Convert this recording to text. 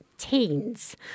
Teens